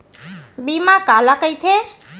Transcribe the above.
बीमा काला कइथे?